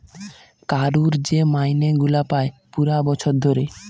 কারুর যে মাইনে গুলা পায় পুরা বছর ধরে